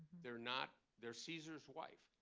they're not they're caesar's wife.